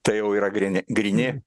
tai jau yra gryni gryni